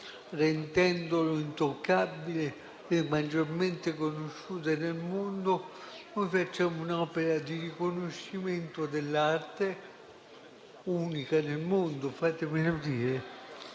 rendendola intoccabile e maggiormente conosciuta nel mondo, noi facciamo un'opera di riconoscimento dell'arte unica nel mondo - fatemelo dire